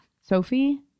Sophie